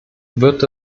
wird